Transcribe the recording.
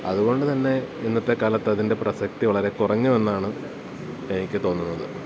അതുകൊണ്ടുതന്നെ ഇന്നത്തെക്കാലത്തതിൻ്റെ പ്രസക്തി വളരെ കൊറഞ്ഞു എന്നാണ് എനിക്കു തോന്നുന്നത്